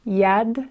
yad